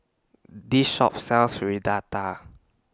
This Shop sells Fritada